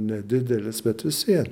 nedidelis bet vis vien